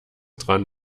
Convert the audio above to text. dran